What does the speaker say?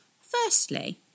Firstly